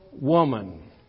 woman